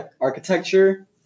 architecture